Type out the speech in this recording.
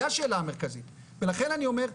זה השאלה המרכזית ולכן אני אומר,